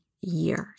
years